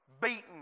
beaten